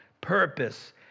purpose